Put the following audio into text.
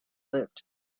lived